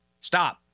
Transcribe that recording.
Stop